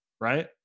right